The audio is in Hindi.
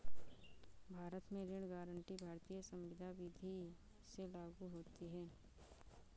भारत में ऋण गारंटी भारतीय संविदा विदी से लागू होती है